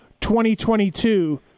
2022